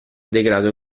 degrado